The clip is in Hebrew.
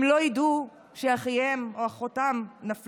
הם לא ידעו שאחיהם או אחותם נפלו,